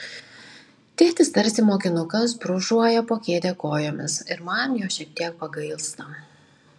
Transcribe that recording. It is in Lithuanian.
tėtis tarsi mokinukas brūžuoja po kėde kojomis ir man jo šiek tiek pagailsta